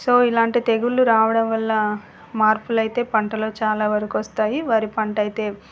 so ఇలాంటి తెగుళ్ళు రావడం వల్ల మార్పులు అయితే పంటలు చాలా వరకు వస్తాయి వరి పంటయితే